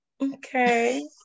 Okay